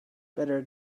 better